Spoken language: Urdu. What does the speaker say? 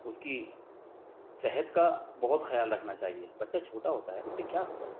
اس کی صحت کا بہت خیال رکھنا چاہیے بچہ چھوٹا ہوتا ہے اسے کیا خبر